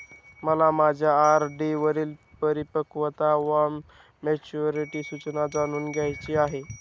मला माझ्या आर.डी वरील परिपक्वता वा मॅच्युरिटी सूचना जाणून घ्यायची आहे